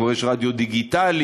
כבר יש רדיו דיגיטלי,